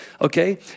okay